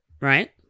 right